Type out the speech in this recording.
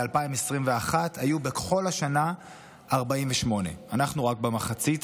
ב-2021 היו בכל השנה 48. אנחנו רק במחצית,